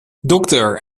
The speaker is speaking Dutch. dokter